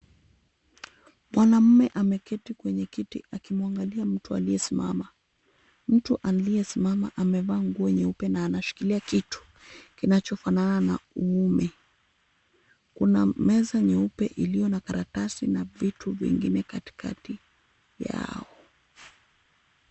Mwanamume ameketi kwenye kiti akimuangalia mtu aliyesimama . Mtu aliyesimama amevaa nguo nyeupe na anashikilia kitu kinachofanana na uume. Kuna meza nyeupe iliyo na karatasi na vitu vingine katikati yao.